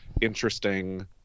Interesting